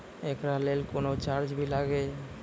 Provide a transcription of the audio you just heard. एकरा लेल कुनो चार्ज भी लागैये?